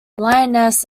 lioness